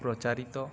ପ୍ରଚାରିତ